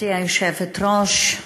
גברתי היושבת-ראש,